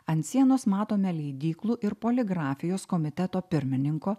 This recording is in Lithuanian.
ant sienos matome leidyklų ir poligrafijos komiteto pirmininko